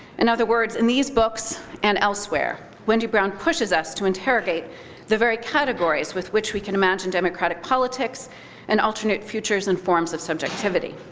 in other words, in these books and elsewhere, wendy brown pushes us to interrogate the very categories with which we can imagine democratic politics and alternate futures and forms of subjectivity.